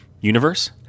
universe